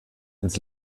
ins